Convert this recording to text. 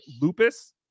lupus